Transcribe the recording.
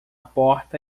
porta